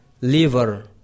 liver